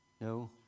no